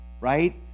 right